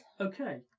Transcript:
Okay